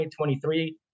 2023